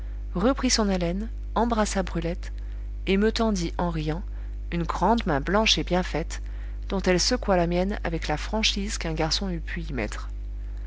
reprit son haleine embrassa brulette et me tendit en riant une grande main blanche et bien faite dont elle secoua la mienne avec la franchise qu'un garçon eût pu y mettre